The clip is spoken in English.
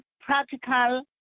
practical